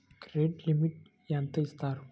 Credit limit ఎంత ఇస్తారు?